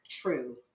true